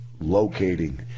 locating